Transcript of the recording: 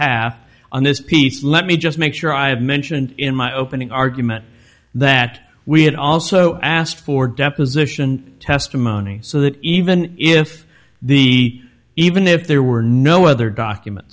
have on this piece let me just make sure i have mentioned in my opening argument that we had also asked for deposition testimony so that even if the even if there were no other documents